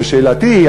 ושאלתי היא,